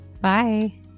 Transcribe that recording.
Bye